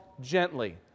gently